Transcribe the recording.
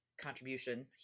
contribution